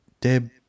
deb